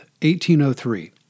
1803